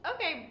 Okay